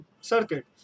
circuit